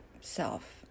self